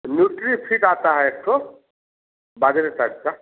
Nutrifit आता है एक ठो बाजरे टाइप का